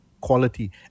quality